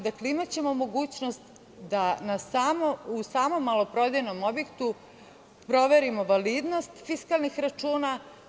Dakle, imaćemo mogućnost da u samom maloprodajnom objektu proverimo validnost fiskalnih računa.